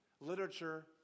literature